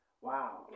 Wow